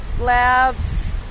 labs